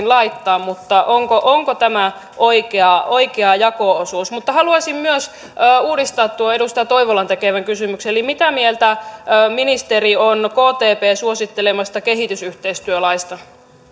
laittaa mutta onko onko tämä oikea oikea jako osuus haluaisin myös uudistaa tuon edustaja toivolan tekemän kysymyksen eli mitä mieltä ministeri on kptn suosittelemasta kehitysyhteistyölaista